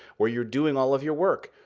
where you're doing all of your work?